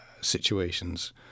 situations